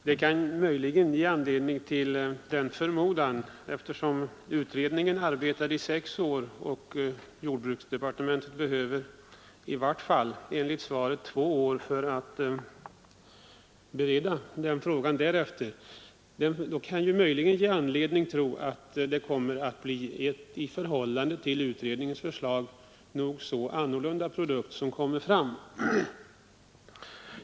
Det kan möjligen ge anledning till den förmodan att — eftersom utredningen arbetade i sex år och jordbruksdepartementet enligt svaret behöver i varje fall två år för att bereda frågan därefter — det kommer att bli en i förhållande till utredningens förslag ganska annorlunda produkt som slutligen kommer fram.